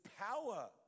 power